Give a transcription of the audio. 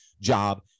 job